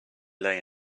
lay